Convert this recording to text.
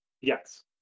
Yes